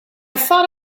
thought